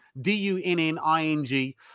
D-U-N-N-I-N-G